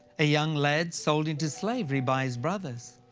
a young lad sold into slavery by his brothers.